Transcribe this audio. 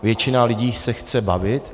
Většina lidí se chce bavit.